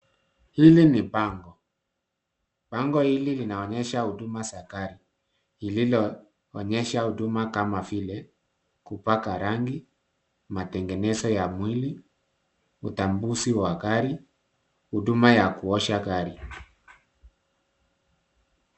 hili ni bango. Bango hili linaonyesha huduma za gari lililoonyesha huduma kama vile, kupaka rangi, matengenezo ya mwili, utambuzi wa gari, huduma ya kuosha gari.